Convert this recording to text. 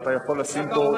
ואתה יכול לשים פה ספר,